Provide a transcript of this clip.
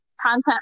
content